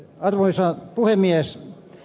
arvoisa puhemies